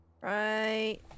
right